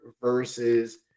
versus